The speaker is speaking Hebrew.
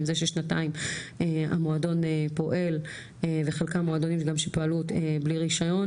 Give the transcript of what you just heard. עם זה ששנתיים המועדון פועל ומועדונים שגם פועלים בלי רישיון